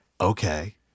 Okay